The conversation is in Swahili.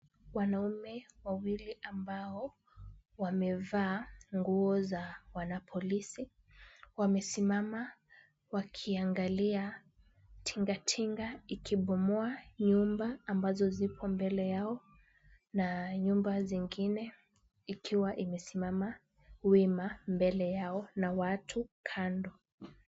Wanaume wawili ambao wamevaa nguo za wanapolisi, wamesimama wakiangalia tinga tinga ikibomoa nyumba ambazo ziko mbele yao na nyumba zingine ikiwa imesimama wima mbele yao na watu kando.